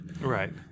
Right